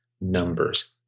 numbers